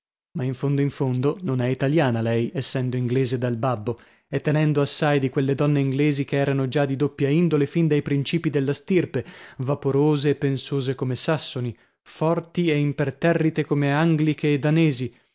ma in fondo in fondo non è italiana lei essendo inglese dal babbo e tenendo assai di quelle donne inglesi che erano già di doppia indole fin dai principii della stirpe vaporose e pensose come sassoni forti e imperterrite come angliche e danesi